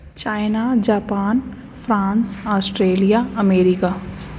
China Japan France Australia America